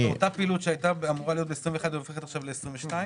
אותה פעילות שהיתה ב-21' עוברת ל-22'?